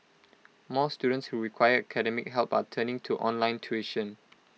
more students who require academic help are turning to online tuition